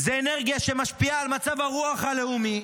זה אנרגיה שמשפיע על מצב הרוח הלאומי,